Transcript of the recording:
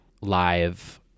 live